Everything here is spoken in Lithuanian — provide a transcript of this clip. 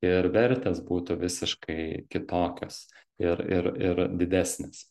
ir vertės būtų visiškai kitokios ir ir ir didesnės